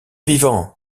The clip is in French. vivant